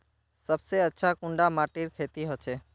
सबसे अच्छा कुंडा माटित खेती होचे?